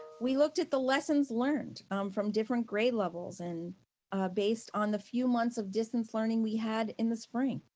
we looked at the lessons learned from different grade levels and based on the few months of distance learning we had in the spring.